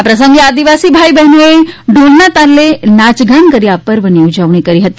આ પ્રસંગે આદિવાસી ભાઈ બહેનોએ ઢોલના તાલે નાચ ગાન કરી આ પર્વની ઉજવણી કરી હતી